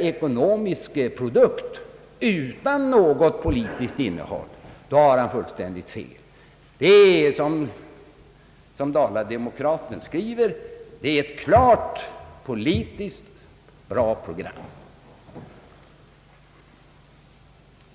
ekonomisk produkt utan något politiskt innehåll hade han fullständigt fel. Det är, som Dala-Demokraten skriver, ett klart politiskt, bra program.